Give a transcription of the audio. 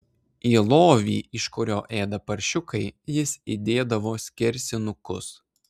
į lovį iš kurio ėda paršiukai jis įdėdavo skersinukus